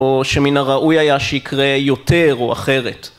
‫או שמן הראוי היה ‫שיקרה יותר או אחרת.